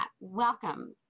Welcome